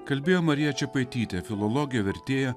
kalbėjo marija čepaitytė filologė vertėja